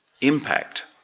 impact